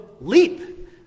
leap